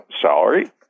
salary